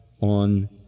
on